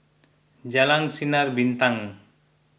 Jalan Sinar Bintang